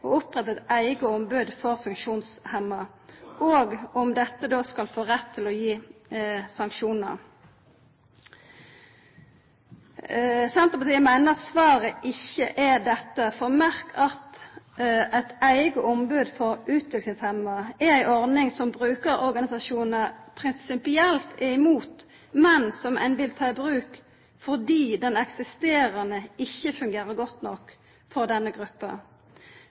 å oppretta eit eige ombod for funksjonshemma, og om dette då skal få rett til å gi sanksjonar. Senterpartiet meiner svaret ikkje er dette, for merk at eit eige ombod for utviklingshemma er ei ordning som brukarorganisasjonane prinsipielt er imot, men som ein vil ta i bruk fordi den eksisterande ikkje fungerer godt nok for denne